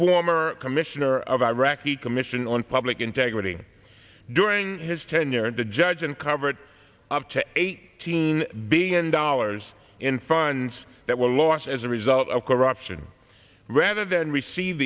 former commissioner of iraqi commission on public integrity during his tenure and the judge uncovered up to an eighteen billion dollars in funds that were lost as a result of corruption rather than receive